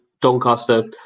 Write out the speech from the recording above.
Doncaster